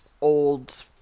old